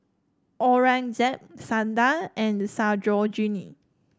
Aurangzeb Sundar and Sarojini